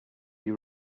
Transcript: you